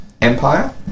Empire